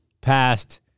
passed